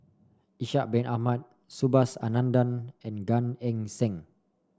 Ishak Bin Ahmad Subhas Anandan and Gan Eng Seng